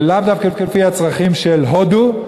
ולאו דווקא לפי הצרכים של הודו,